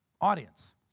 audience